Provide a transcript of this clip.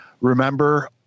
Remember